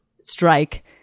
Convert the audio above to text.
strike